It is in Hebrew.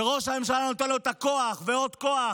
שראש הממשלה נותן לו כוח ועוד כוח.